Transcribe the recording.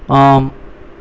ஆம்